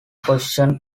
position